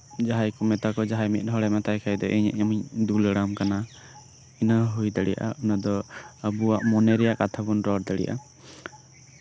ᱡᱟᱸᱦᱟᱭ ᱠᱚ ᱢᱮᱛᱟᱭᱟ ᱡᱟᱸᱦᱟᱭ ᱢᱤᱫ ᱦᱚᱲᱮ ᱢᱮᱛᱟᱭ ᱠᱷᱟᱡ ᱫᱚ ᱤᱧ ᱟᱢᱤᱧ ᱫᱩᱞᱟᱹᱲ ᱟᱢ ᱠᱟᱱᱟ ᱤᱱᱟᱹ ᱦᱩᱭ ᱫᱟᱲᱮᱭᱟᱜᱼᱟ ᱤᱱᱟᱹ ᱟᱵᱚ ᱢᱚᱱᱮ ᱨᱮᱭᱟᱜ ᱠᱟᱛᱷᱟ ᱵᱚᱱ ᱨᱚᱲ ᱫᱟᱲᱮᱭᱟᱜᱼᱟ